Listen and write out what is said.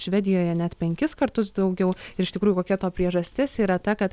švedijoje net penkis kartus daugiau ir iš tikrųjų kokia to priežastis yra ta kad